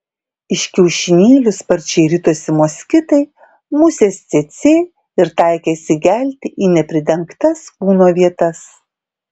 iš kiaušinėlių sparčiai ritosi moskitai musės cėcė ir taikėsi įgelti į nepridengtas kūno vietas